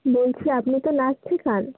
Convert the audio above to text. বলছি আপনি তো নাচ শেখান